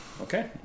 Okay